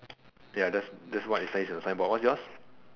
ya that's that's what it says on the signboard what's yours